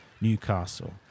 Newcastle